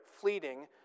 fleeting